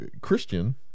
Christian